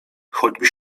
choćby